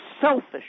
selfish